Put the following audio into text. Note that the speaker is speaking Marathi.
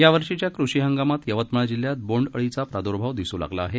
यावर्षीच्या कृषी हंगामात यवतमाळ जिल्ह्यात बोंडअळीचा प्राद्र्भाव दिसू लागला आहे